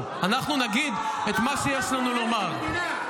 ------- אנחנו נגיד את מה שיש לנו לומר.